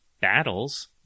battles